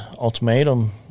ultimatum